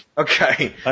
Okay